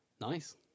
Nice